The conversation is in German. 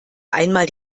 einmal